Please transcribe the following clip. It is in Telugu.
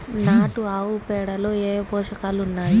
నాటు ఆవుపేడలో ఏ ఏ పోషకాలు ఉన్నాయి?